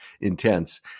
intense